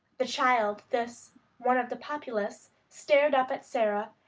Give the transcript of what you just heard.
the child this one of the populace stared up at sara,